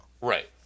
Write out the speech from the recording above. Right